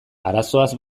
arazoaz